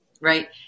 right